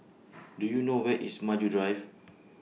Do YOU know Where IS Maju Drive